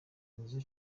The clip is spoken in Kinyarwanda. inzu